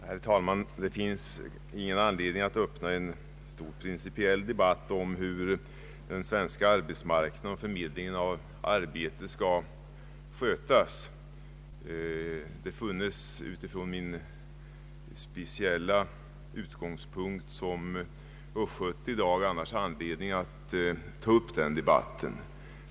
Herr talman! Det finns ingen anledning att öppna en stor principiell debatt om hur den svenska arbetsmarknaden och förmedlingen av arbete skall skötas. Annars funnes det i dag anledning för mig att ta upp den debatten från den speciella utgångspunkten att jag är östgöte.